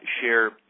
share